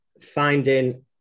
finding